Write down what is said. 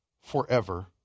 forever